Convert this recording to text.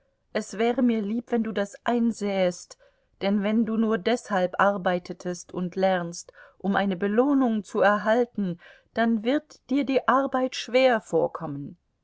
es wäre mir lieb wenn du das einsähest denn wenn du nur deshalb arbeitest und lernst um eine belohnung zu erhalten dann wird dir die arbeit schwer vorkommen